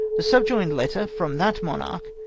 the subjoined letter from that monarch,